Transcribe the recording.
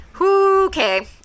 okay